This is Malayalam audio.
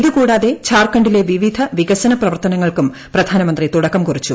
ഇത് കൂടാതെ ജാർഖണ്ഡിലെ വിവിധ വികസന പ്രവർത്തനങ്ങൾക്കും പ്രധാനമന്ത്രി തുടക്കം കുറിച്ചു